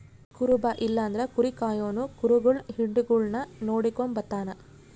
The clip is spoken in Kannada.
ಕುರುಬ ಇಲ್ಲಂದ್ರ ಕುರಿ ಕಾಯೋನು ಕುರಿಗುಳ್ ಹಿಂಡುಗುಳ್ನ ನೋಡಿಕೆಂಬತಾನ